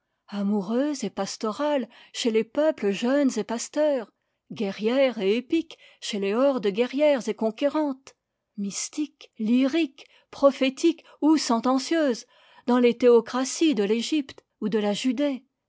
amoureuse et pastorale chez les peuples jeunes et pasteurs guerrière et épique chez les hordes guerrières et conquérantes mystique lyrique prophétique ou sentencieuse dans les théocraties de l'égypte ou de la judée